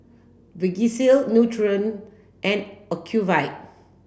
Vagisil Nutren and Ocuvite